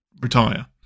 retire